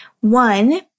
one